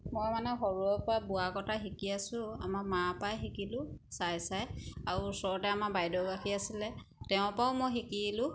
মই মানে সৰুৰেপৰা বোৱা কটা শিকি আছোঁ আমাৰ মাৰপৰাই শিকিলোঁ চাই চাই আৰু ওচৰতে আমাৰ বাইদেউ এগৰাকী আছিলে তেওঁৰপৰাও মই শিকিলোঁ